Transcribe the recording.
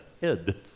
head